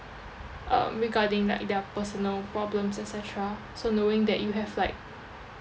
um regarding like their personal problems et cetera so knowing that you have like